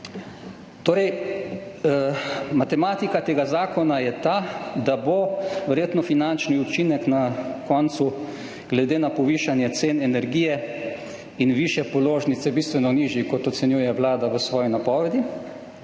Torej, matematika tega zakona je ta, da bo verjetno finančni učinek na koncu, glede na povišanje cen energije in višje položnice, bistveno nižji kot ocenjuje vlada v svoji napovedi,